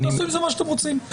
תעשו עם זה מה שאתם רוצים.